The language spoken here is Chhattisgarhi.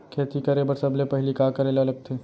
खेती करे बर सबले पहिली का करे ला लगथे?